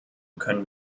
können